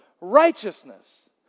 righteousness